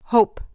Hope